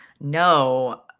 No